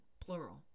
plural